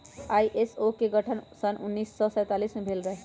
ISO के गठन सन उन्नीस सौ सैंतालीस में भेल रहै